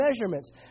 measurements